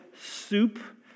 soup